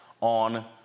on